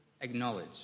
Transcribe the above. acknowledge